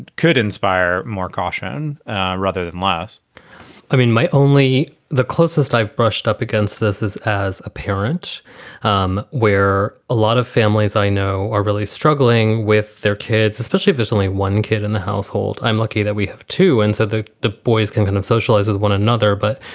could inspire more caution rather than loss i mean, my only the closest i've brushed up against this is as a parent um where a lot of families i know are really struggling with their kids, especially if there's only one kid in the household. i'm lucky that we have two and so the the boys can kind of socialize with one another. but